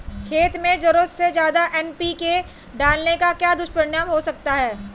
खेत में ज़रूरत से ज्यादा एन.पी.के डालने का क्या दुष्परिणाम हो सकता है?